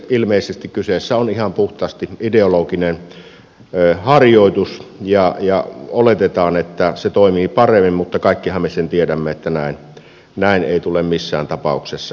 ilmeisesti kyseessä on ihan puhtaasti ideologinen harjoitus ja oletetaan että se toimii paremmin mutta kaikkihan me sen tiedämme että näin ei tule missään tapauksessa käymään